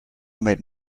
made